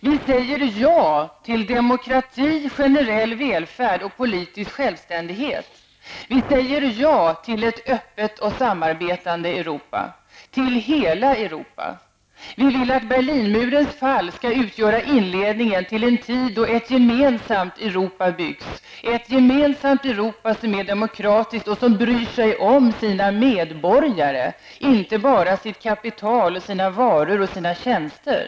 Vi säger ja till demokrati, generell välfärd och politisk självständighet. Vi säger ja till ett öppet och samarbetande Europa, till hela Europa. Vi vill att Berlinmurens fall skall utgöra inledningen till en tid då ett gemensamt Europa byggs. Det skall bli ett gemensamt Europa som är demokratisk och som bryr sig om sina medborgare och inte bara sitt kapital, sina varor och sina tjänster.